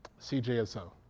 CJSO